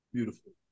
Beautiful